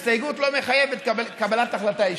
הסתייגות לא מחייבת קבלת החלטה אישית,